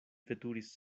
veturis